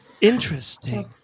Interesting